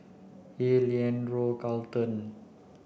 Hill Leandro Carlton